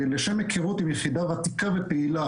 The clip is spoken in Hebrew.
לשם היכרות עם יחידה ותיקה ופעילה,